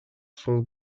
sont